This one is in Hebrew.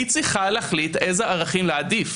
היא צריכה להחליט איזה ערכים להעדיף.